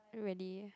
really